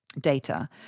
data